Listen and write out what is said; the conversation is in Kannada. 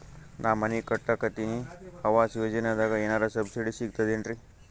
ನಾ ಮನಿ ಕಟಕತಿನಿ ಆವಾಸ್ ಯೋಜನದಾಗ ಏನರ ಸಬ್ಸಿಡಿ ಸಿಗ್ತದೇನ್ರಿ?